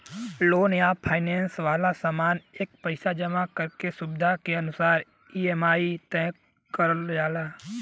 loan या finance वाला सामान क पइसा जमा करे क सुविधा के अनुसार ई.एम.आई तय करल जाला